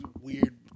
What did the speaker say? weird